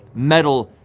metal,